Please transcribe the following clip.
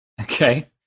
Okay